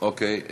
אוקיי.